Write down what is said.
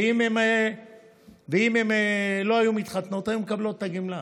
ואם הן לא היו מתחתנות, היו מקבלות את הגמלה.